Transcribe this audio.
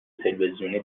تلویزیونی